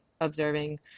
observing